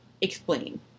explain